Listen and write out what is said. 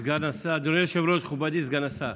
אדוני היושב-ראש, מכובדי סגן השר,